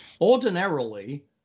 Ordinarily